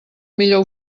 millor